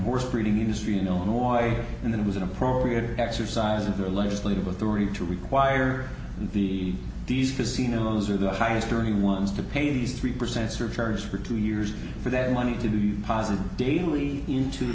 screening industry in illinois and then it was an appropriate exercise of the legislative authority to require the these casinos are the highest earning ones to pay these three percent surcharge for two years for that money to be positive daily into